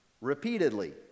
repeatedly